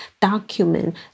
document